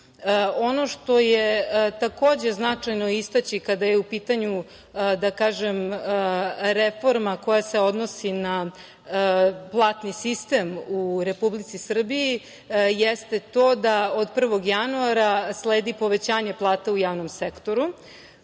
što je takođe, značajno istaći kada je u pitanju reforma koja se odnosi na platni sistem u Republici Srbiji, jeste do da od 1. januara sledi povećanje plata u javnom sektoru.